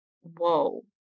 whoa